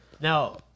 Now